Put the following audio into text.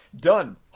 Done